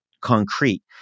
concrete